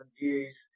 views